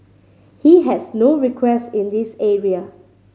he has no request in this area